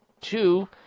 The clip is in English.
two